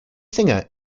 singer